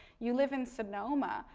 you live in sonoma.